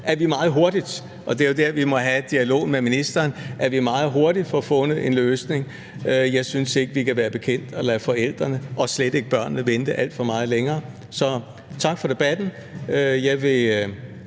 at komme med en dato, det er jo der, vi må have dialogen med ministeren – får fundet en løsning. Jeg synes ikke, vi kan være bekendt at lade forældrene og slet ikke børnene vente alt for meget længere. Så tak for debatten.